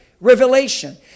revelation